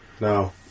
No